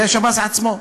זה שב"ס עצמו,